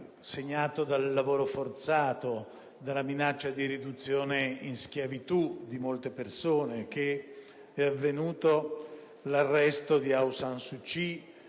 segnato dal lavoro forzato, dalla minaccia di riduzione in schiavitù di molte persone che è avvenuto l'arresto di Aung San Suu Kyi,